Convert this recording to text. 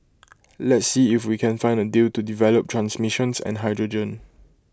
let's see if we can find A deal to develop transmissions and hydrogen